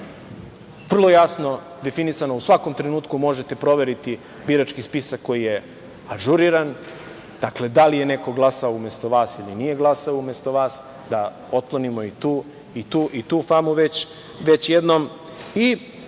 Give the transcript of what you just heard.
vrlo jasno definisano, u svakom trenutku možete proveriti birački spisak koji je ažuriran. Dakle, da li je neko glasao umesto vas ili nije glasao umesto vas, da otklonimo i tu famu već jednom.